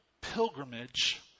pilgrimage